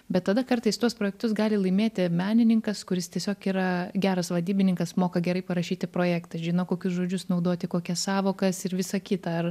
bet tada kartais tuos projektus gali laimėti menininkas kuris tiesiog yra geras vadybininkas moka gerai parašyti projektą žino kokius žodžius naudoti kokias sąvokas ir visa kita ar